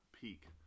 Peak